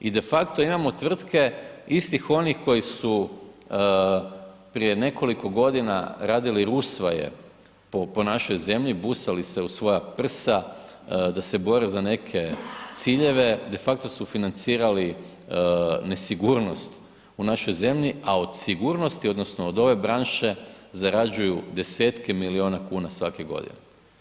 I de facto imamo tvrtke istih onih koji su prije nekoliko godina radili rusvaje po našoj zemlji, busali se o svoja prsa, da se bore za neke ciljeve, de facto su financirali nesigurnost u našoj zemlji, a od sigurnosti odnosno od ove branše zarađuju 10-tke miliona kuna svake godine.